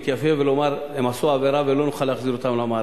להתייפייף ולומר: הם עשו עבירה ולא נוכל להחזיר אותם למערכת.